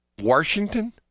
Washington